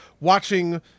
watching